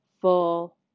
Full